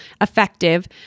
effective